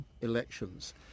elections